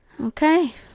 Okay